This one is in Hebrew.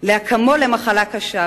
למתן אקמול למחלה קשה.